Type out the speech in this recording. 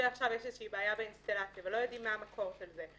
ועכשיו יש בעיה באינסטלציה ולא יודעים מה המקור של זה,